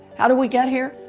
how did we get here?